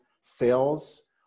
sales